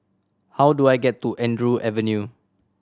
how do I get to Andrew Avenue